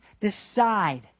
decide